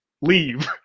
leave